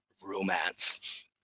romance